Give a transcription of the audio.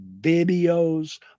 videos